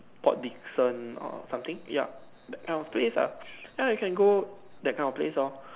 Port Dickson or something yup that kind of place ah ya you can go that kind of place lor